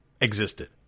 existed